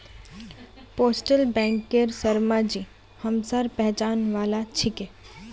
postal बैंकेर शर्माजी हमसार पहचान वाला छिके